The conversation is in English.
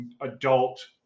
adult